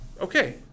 Okay